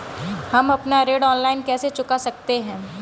हम अपना ऋण ऑनलाइन कैसे चुका सकते हैं?